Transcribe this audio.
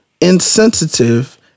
insensitive